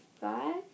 five